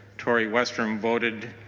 tori westrum voted